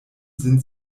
sind